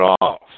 off